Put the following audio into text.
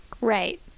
Right